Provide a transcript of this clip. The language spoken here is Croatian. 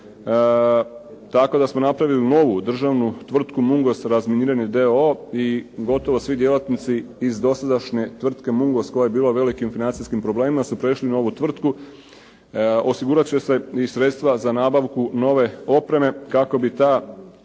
tako da smo napravili novu državnu tvrtku "Mungos razminiranje" d.o.o i gotovo svi djelatnici dosadašnje tvrtke "Mungos" koja je bila u velikim financijskim problemima su prešli u novu tvrtku Osigurat će se sredstva za nabavku nove opreme kako bi ta